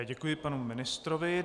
Děkuji panu ministrovi.